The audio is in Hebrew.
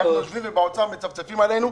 אנחנו יושבים כאן, ובאוצר מצפצפים עלינו.